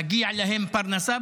שמגיעה להם פרנסה,